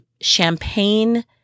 champagne